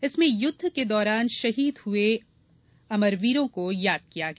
इसमें युद्ध के दौरान शहीद हुए अमरवीरों को याद किया गया